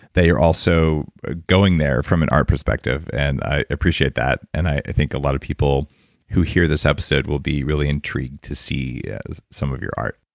that you're also ah going there from an art perspective and i appreciate that. and i think a lot of people who hear this episode will be really intrigued to see some of your art.